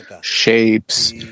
shapes